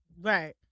Right